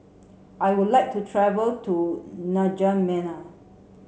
I would like to travel to N'Djamena